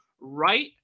right